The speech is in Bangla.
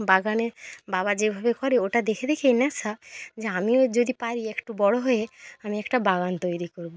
বাগানে বাবা যেভাবে করে ওটা দেখে দেখেই নেশা যে আমিও যদি পারি একটু বড় হয়ে আমি একটা বাগান তৈরি করব